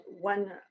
one